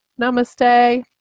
namaste